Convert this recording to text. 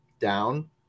down